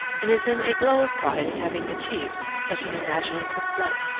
and is in a glow of pride at having achieved such an imaginative flight.